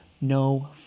no